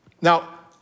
Now